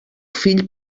fill